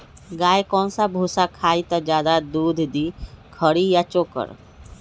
गाय कौन सा भूसा खाई त ज्यादा दूध दी खरी या चोकर?